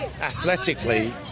athletically